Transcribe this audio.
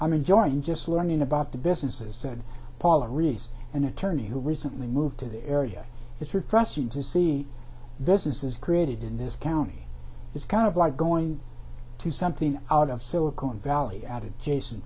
i'm enjoying just one i mean about the businesses said paul agrees an attorney who recently moved to the area it's refreshing to see businesses created in this county it's kind of like going to something out of silicone valley added jason